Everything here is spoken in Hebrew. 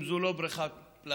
אם זו לא בריכת פלסטיק,